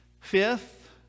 Fifth